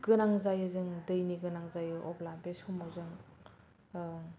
गोनां जायो जों दैनि गोनां जायो अब्ला बे समाव जों